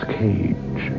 cage